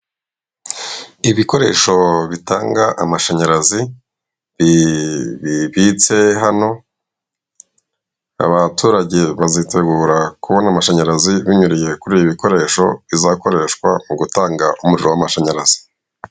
Ibikoresho bitanga amashanyarazi bi bibitse hano, abaturage bazitegura kubona amashanyarazi binyuriye kuri ibi bikoresho bizakoreshwa mu gutanga umuriro w'amashanyarazi.